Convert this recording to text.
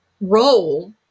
role